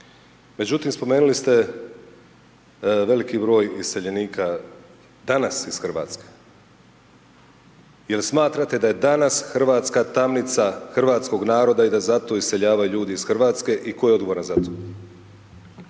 Međutim spomenuli ste veliki broj iseljenika danas iz Hrvatske jer smatrate da je danas Hrvatska tamnica hrvatskog naroda i da zato iseljavaju ljudi iz Hrvatske i tko je odgovoran za to?